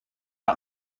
out